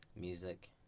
Music